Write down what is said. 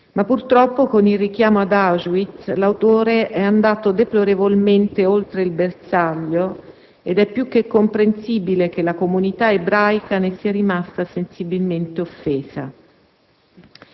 Purtroppo, con il richiamo ad Auschwitz, l'autore è andato deplorevolmente oltre il bersaglio ed è più che comprensibile che la comunità ebraica ne sia rimasta sensibilmente offesa.